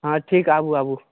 हँ ठीक आबू आबू